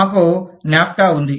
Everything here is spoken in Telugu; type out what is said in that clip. మాకు నాఫ్టా ఉంది